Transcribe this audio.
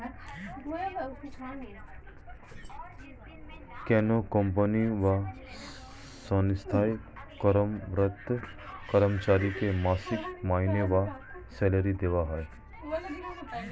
কোনো কোম্পানি বা সঙ্গস্থায় কর্মরত কর্মচারীকে মাসিক মাইনে বা স্যালারি দেওয়া হয়